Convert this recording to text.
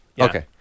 Okay